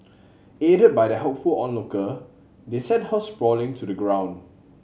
aided by the helpful onlooker they sent her sprawling to the ground